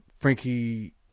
Frankie